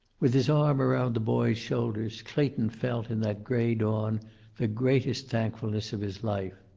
with his arm around the boy's shoulders, clayton felt in that gray dawn the greatest thankfulness of his life.